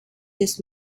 des